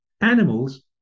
animals